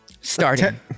starting